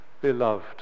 beloved